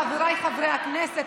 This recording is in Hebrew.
חבריי חברי הכנסת,